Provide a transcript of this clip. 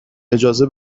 اجازه